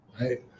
right